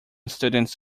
students